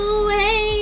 away